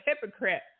hypocrite